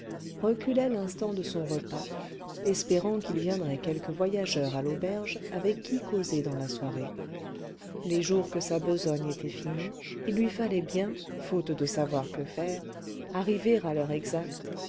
reculait l'instant de son repas espérant qu'il viendrait quelque voyageur à l'auberge avec qui causer dans la soirée les jours que sa besogne était finie il lui fallait bien faute de savoir que faire arriver à l'heure exacte